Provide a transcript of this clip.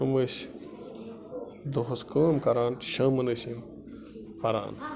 یِم ٲسۍ دۄہَس کٲم کَران شامَن ٲسۍ یِم پَران